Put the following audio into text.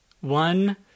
One